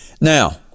Now